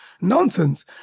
Nonsense